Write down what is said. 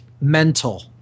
mental